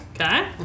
Okay